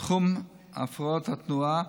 תחום הפרעות התנועה,